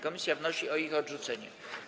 Komisja wnosi o ich odrzucenie.